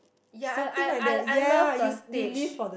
ya I I I I love the stage